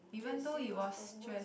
j_c was the worst